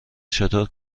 چطور